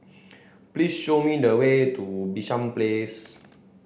please show me the way to Bishan Place